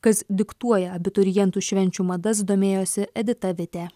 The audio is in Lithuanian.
kas diktuoja abiturientų švenčių madas domėjosi edita vitė